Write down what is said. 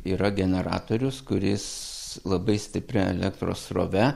yra generatorius kuris labai stipria elektros srove